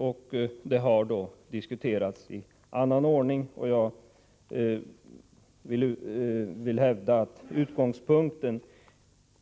Frågan har diskuterats i annan ordning, och jag vill hävda att utgångspunkten